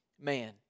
man